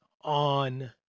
on